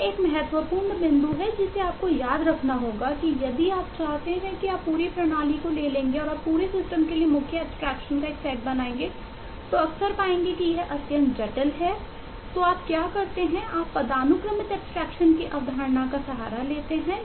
यह एक महत्वपूर्ण बिंदु है जिसे आपको याद रखना होगा कि यदि आप चाहते हैं कि आप पूरी प्रणाली को ले लेंगे और आप पूरे सिस्टम का उपयोग करते हैं